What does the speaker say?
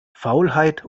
faulheit